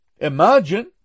Imagine